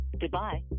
Goodbye